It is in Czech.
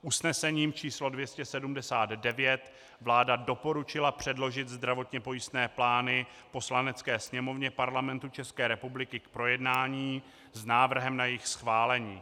Usnesením číslo 279 vláda doporučila předložit zdravotně pojistné plány Poslanecké sněmovně Parlamentu České republiky k projednání s návrhem na jejich schválení.